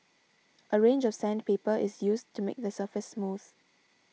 a range of sandpaper is used to make the surface smooth